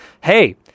Hey